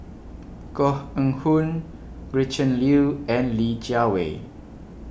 Koh Eng Hoon Gretchen Liu and Li Jiawei